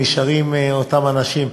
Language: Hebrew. נשארים אותם אנשים,